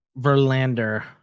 Verlander